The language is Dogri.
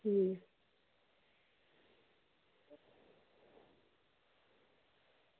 अं